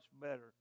better